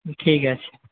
ঠিক আছে